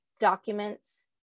documents